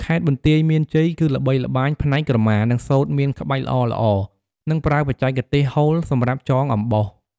ខេត្តបន្ទាយមានជ័យ គឺល្បីល្បាញផ្នែកក្រមា និងសូត្រមានក្បាច់ល្អៗ និងប្រើបច្ចេកទេស "ហូល" សម្រាប់ចងអំបោះ។